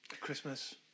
Christmas